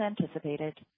anticipated